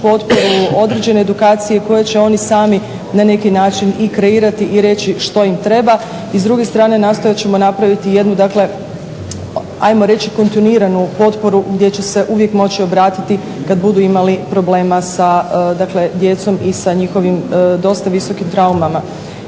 potporu određene edukacije koje će oni sami na neki način i kreirati i reći što im treba. I s druge strane nastojat ćemo napraviti jednu dakle ajmo reći kontinuiranu potporu gdje će se uvijek moći obratiti kad budu imali problema sa dakle djecom i sa njihovim dosta visokim traumama.